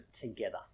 together